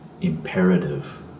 imperative